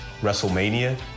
WrestleMania